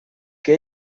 que